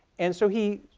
and so he,